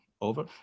over